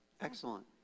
Excellent